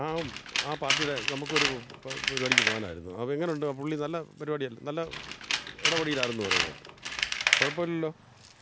ആ ആ പാര്ട്ടിയുടെ നമുക്ക് ഒരു പരിപാടിക്ക് പോകാനായിരുന്നു അവൻ എങ്ങനെ ഉണ്ട് ആ പുള്ളി നല്ല പരിപാടി ആയിരുന്നു നല്ല ഇടപെടൽ ആയിരുന്നെന്ന് പറയുന്നത് കേട്ടു കുഴപ്പം ഇല്ലല്ലൊ